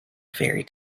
fairy